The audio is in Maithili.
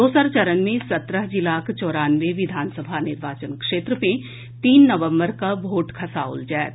दोसर चरण मे सत्रह जिलाक चौरानवे विधानसभा निर्वाचन क्षेत्र मे तीन नवम्बर कऽ भोट खसाओल जाएत